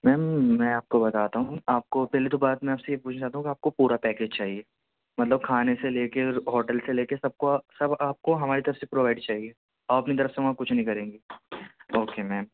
میم میں آپ کو بتاتا ہوں آپ کو پہلے تو بات میں آپ سے یہ پوچھنا چاہتا ہوں کہ آپ کو پورا پیکیج چاہیے مطلب کھانے سے لے کے ہوٹل سے لے کے سب کو آپ سب آپ کو ہماری طرف سے پرووائڈ چاہیے اور اپنی طرف سے میم آپ کچھ نہیں کریں گے اوکے میم